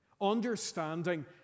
understanding